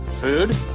Food